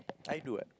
I do what